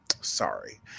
sorry